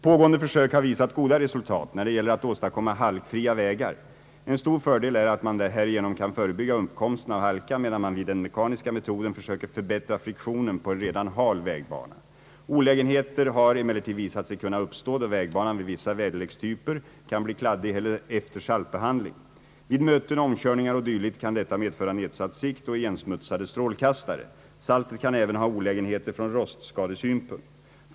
Pågående försök har visat goda resultat när det gäller att åstadkomma halkfria vägar. En stor fördel är att man härigenom kan förebygga uppkomsten av halka, medan man vid den mekaniska metoden försöker förbättra friktionen på en redan hal vägbana. Olägenheter har emellertid visat sig kunna uppstå då vägbanan vid vissa väderlekstyper kan bli kladdig efter saltbehandling. Vid möten, omkörningar o. d. kan detta medföra nedsatt sikt och igensmutsade strålkastare. Saltet kan även ha olägenheter från rostskadesynpunkt.